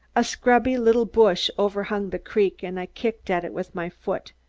a scrubby, little bush overhung the creek and i kicked at it with my foot.